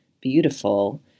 beautiful